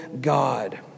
God